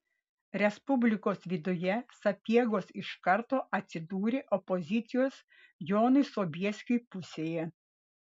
respublikos viduje sapiegos iš karto atsidūrė opozicijos jonui sobieskiui pusėje